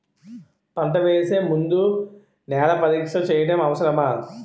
పంట వేసే ముందు నేల పరీక్ష చేయటం అవసరమా?